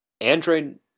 Android